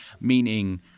Meaning